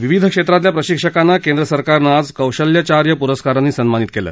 विविध क्षेत्रातल्या प्रशिक्षकांना केंद्र सरकारनं आज कौशल्यचार्य प्रस्कारांनी सन्मानित केलं